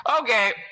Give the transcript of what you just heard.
okay